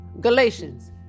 Galatians